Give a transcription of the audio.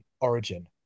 origin